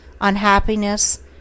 unhappiness